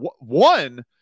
one –